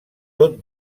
tot